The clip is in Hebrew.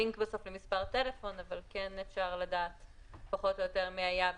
לא תיגרם בו שוב אותה חריגה או עלייה ממצבת